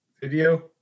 video